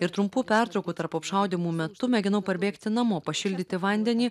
ir trumpų pertraukų tarp apšaudymų metu mėginau parbėgti namo pašildyti vandenį